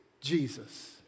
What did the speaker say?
Jesus